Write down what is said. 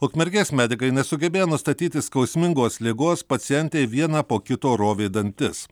ukmergės medikai nesugebėjo nustatyti skausmingos ligos pacientei vieną po kito rovė dantis